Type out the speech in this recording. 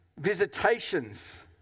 visitations